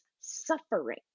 suffering